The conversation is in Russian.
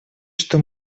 что